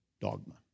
dogma